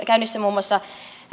käynnissä muun muassa